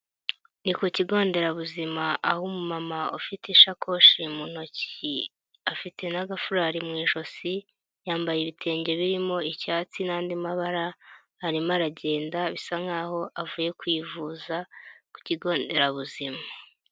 Ni ku kigo nderabuzima aho umumama ufite ishakoshi mu ntoki afite n'agafurari mu ijosi yambaye ibitenge birimo icyatsi n'andi mabara arimo aragenda bisa nkaho avuye kwivuza ku kigo nderabuzima.